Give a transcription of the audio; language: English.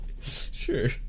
Sure